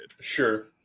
Sure